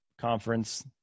conference